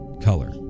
color